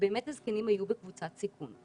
ובאמת הזקנים היו בקבוצת סיכון.